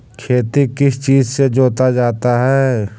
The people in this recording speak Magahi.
खेती किस चीज से जोता जाता है?